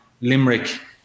Limerick